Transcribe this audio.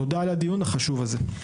תודה על הדיון החשוב הזה.